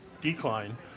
decline